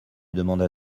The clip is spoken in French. demanda